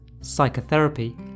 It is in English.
psychotherapy